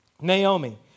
Naomi